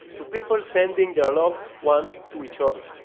to people sending their love, one to each other.